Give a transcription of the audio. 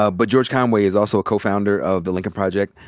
ah but george conway is also a co-founder of the lincoln project.